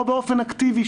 או באופן אקטיבי,